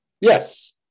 Yes